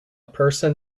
person